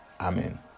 Amen